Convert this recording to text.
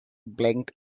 blinked